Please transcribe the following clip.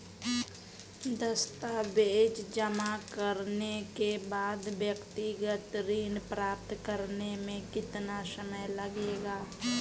दस्तावेज़ जमा करने के बाद व्यक्तिगत ऋण प्राप्त करने में कितना समय लगेगा?